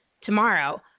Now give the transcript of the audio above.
tomorrow